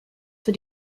für